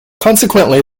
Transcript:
consequently